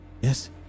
Yes